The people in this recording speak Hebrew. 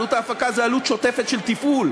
עלות ההפקה זה עלות שוטפת של תפעול.